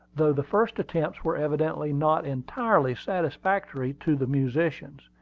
though the first attempts were evidently not entirely satisfactory to the musicians.